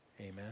Amen